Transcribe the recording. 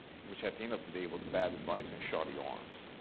which at the end of the day was bad advice and shoddy arms,